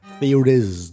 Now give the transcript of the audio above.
Theories